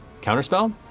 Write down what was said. Counterspell